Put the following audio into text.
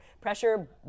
Pressure